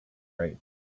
right